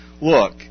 Look